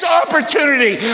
opportunity